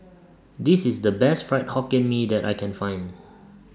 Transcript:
This IS The Best Fried Hokkien Mee that I Can Find